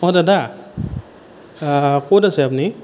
অঁ দাদা ক'ত আছে আপুনি